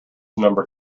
number